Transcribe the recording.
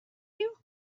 you